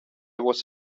was